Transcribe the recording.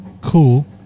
cool